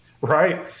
right